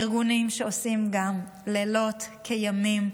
ארגונים שעושים גם לילות כימים,